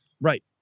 Right